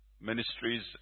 ministries